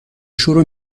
شروع